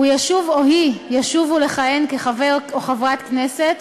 הוא ישוב, או היא, ישובו לכהן כחבר או חברת כנסת,